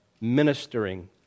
ministering